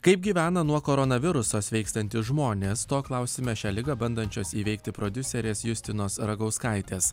kaip gyvena nuo koronaviruso sveikstantys žmonės to klausiame šią ligą bandančios įveikti prodiuserės justinos ragauskaitės